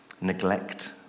neglect